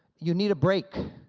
you need a break.